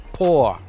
poor